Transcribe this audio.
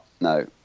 No